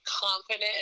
confident